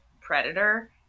predator